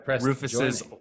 rufus's